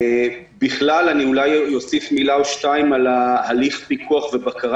אולי אוסיף מילה או שתיים על הליך הפיקוח והבקרה